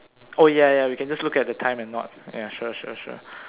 oh ya ya we can just look at the time and not ya sure sure sure